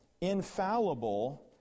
infallible